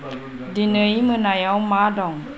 दिनै मोनायाव मा दं